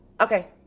Okay